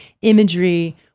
imagery